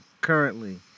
currently